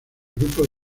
grupos